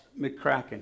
McCracken